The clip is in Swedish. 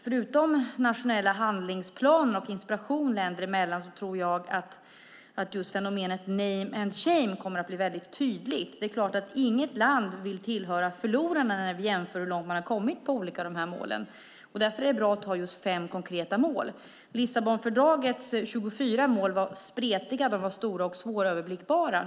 Förutom nationella handlingsplaner och inspiration länder emellan tror jag att just fenomenet name and shame kommer att bli tydligt. Det är klart att inget land vill tillhöra förlorarna när vi jämför hur långt man har kommit med de olika målen. Därför är det bra att ha just fem konkreta mål. Lissabonfördragets 24 mål var spretiga, stora och svåröverblickbara.